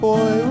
Boy